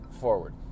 forward